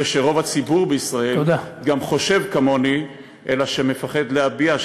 ורוב הציבור בישראל חושב כמוני אך מפחד להביע.